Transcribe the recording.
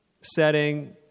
setting